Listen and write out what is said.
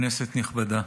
כנסת נכבדה,